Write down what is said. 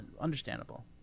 Understandable